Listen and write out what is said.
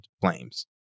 flames